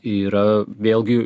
yra vėlgi